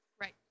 Right